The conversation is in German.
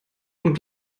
und